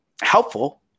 helpful